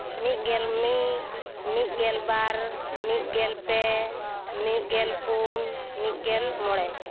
ᱢᱤᱫ ᱜᱮᱞ ᱢᱤᱫ ᱢᱤᱫ ᱜᱮᱞ ᱵᱟᱨ ᱢᱤᱫ ᱜᱮᱞ ᱯᱮ ᱢᱤᱫ ᱜᱮᱞ ᱯᱩᱱ ᱢᱤᱫ ᱜᱮᱞ ᱢᱚᱬᱮ